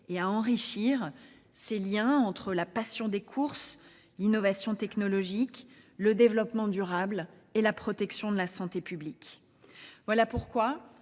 et à enrichir ces liens entre la passion des courses, l'innovation technologique, le développement durable et la protection de la santé publique. Voilà pourquoi,